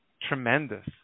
tremendous